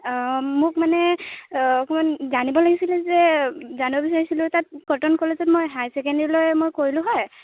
মোক মানে অকণমান জানিব লাগিছিলে যে জানিব বিচাৰিছিলোঁ তাত কটন কলেজত মই হায়াৰ চেকেণ্ডেৰীলৈ মই কৰিলোঁ হয়